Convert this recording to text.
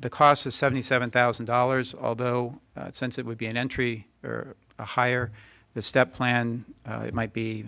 the cost is seventy seven thousand dollars although since it would be an entry the higher the step plan might be